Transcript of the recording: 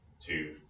two